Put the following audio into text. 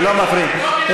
ולא מפריעים.